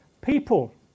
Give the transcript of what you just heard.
people